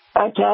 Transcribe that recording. okay